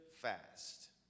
fast